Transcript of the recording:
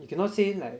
you cannot say like